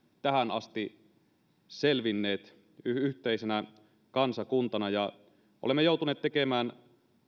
tähän asti selvinneet yhteisenä kansakuntana ja olemme joutuneet tekemään